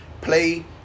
play